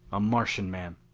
a martian man.